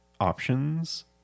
options